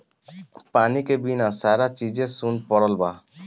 पानी के बिना सारा चीजे सुन परल बा